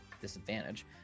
disadvantage